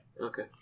Okay